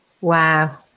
Wow